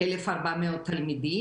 1,400 תלמידים.